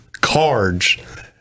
cards